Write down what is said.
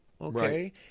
Okay